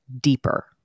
deeper